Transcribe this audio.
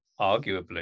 arguably